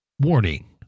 Warning